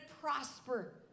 prosper